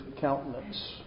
countenance